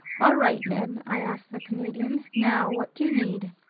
all right, ned, i asked the canadian, now what do you need?